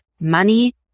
money